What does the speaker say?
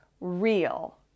real